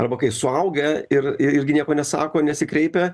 arba kai suaugę ir ir irgi nieko nesako nesikreipia